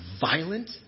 violent